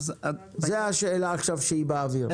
זו השאלה שעכשיו באוויר.